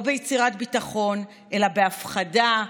לא ביצירת ביטחון אלא בהפחדה,